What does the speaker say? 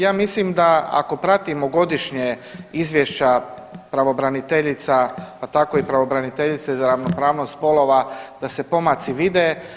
Ja mislim da ako pratimo godišnje izvješća pravobraniteljica pa tako i pravobraniteljice za ravnopravnost spolova da se pomaci vide.